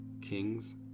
Kings